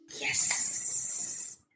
Yes